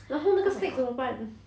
然后那个 snake 怎么办